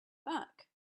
back